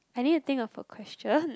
I need to think of a question